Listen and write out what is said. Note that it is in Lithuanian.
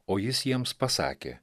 o jis jiems pasakė